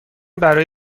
برای